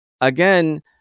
Again